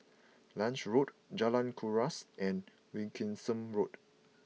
Lange Road Jalan Kuras and Wilkinson Road